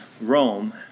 Rome